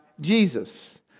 Jesus